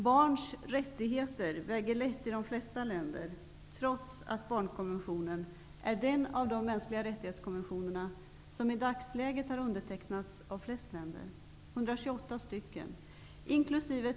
Barns rättigheter väger lätt i de flesta länder, trots att barnkonventionen är den MR-konvention som i dagsläget har undertecknats av flest länder -- närmare bestämt av 128 länder, inkl.